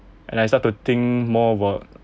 and I start to think more work